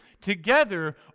together